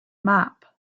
map